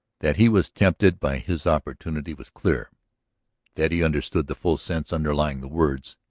that he was tempted by his opportunity was clear that he understood the full sense underlying the words,